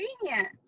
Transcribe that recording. convenient